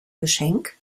geschenk